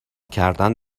کردن